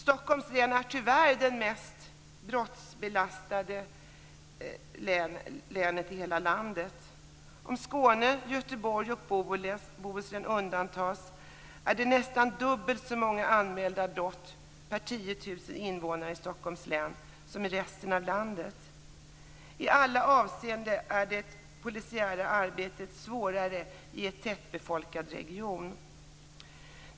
Stockholms län är tyvärr det mest brottsbelastade länet i hela landet. Om Skåne, Göteborg och Bohus län undantas är det nästan dubbelt så många anmälda brott per 10 000 invånare i Stockholms län som i resten av landet. I alla avseenden är det polisiära arbetet svårare i en tätbefolkad region.